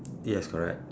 yes correct